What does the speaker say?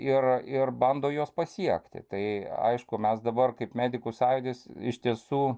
ir ir bando juos pasiekti tai aišku mes dabar kaip medikų sąjūdis iš tiesų